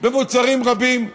במוצרים רבים,